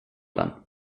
den